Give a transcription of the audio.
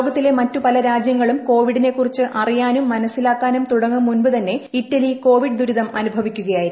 ലോകത്തിലെ മറ്റു പല രാജ്യങ്ങളും കോവിഡിനെക്കുറിച്ച് അറിയാനും മനസ്സിലാക്കാനും തുടങ്ങും മുൻപ് തന്നെ ഇറ്റലി കോവിഡ് ദുരിതം അനുഭവിക്കുകയായിരുന്നു